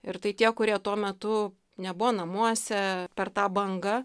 ir tai tie kurie tuo metu nebuvo namuose per tą bangą